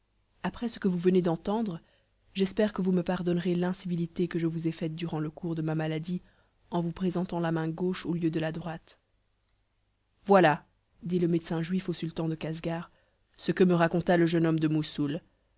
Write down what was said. après ce que vous venez d'entendre j'espère que vous me pardonnerez l'incivilité que je vous ai faite durant le cours de ma maladie en vous présentant la main gauche au lieu de la droite voilà dit le médecin juif au sultan de casgar ce que me raconta le jeune homme de moussoul